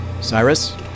Cyrus